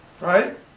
right